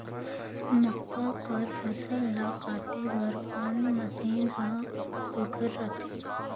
मक्का कर फसल ला काटे बर कोन मशीन ह सुघ्घर रथे?